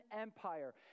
Empire